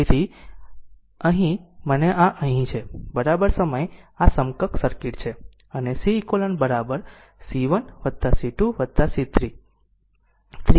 તેથી અહીં અને આ અહીં છે બરાબર સમય આ સમકક્ષ સર્કિટ છે અને Ceq C1 C2 C3 up to CN